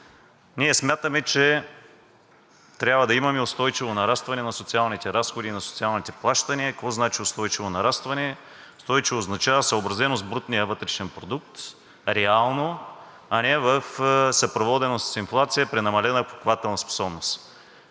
Ние смятаме, че трябва да имаме устойчиво нарастване на социалните разходи и на социалните плащания. Какво значи устойчиво нарастване? Устойчиво означава съобразено с брутния вътрешен продукт реално, а не съпроводено с инфлация при намалена покупателна способност.